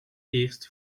eerst